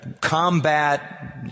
combat